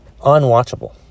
Unwatchable